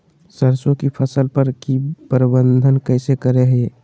सरसों की फसल पर की प्रबंधन कैसे करें हैय?